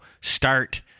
start